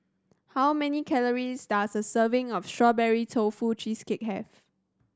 how many calories does a serving of Strawberry Tofu Cheesecake have